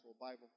Bible